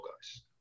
guys